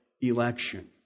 election